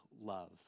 love